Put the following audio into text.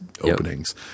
openings